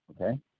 okay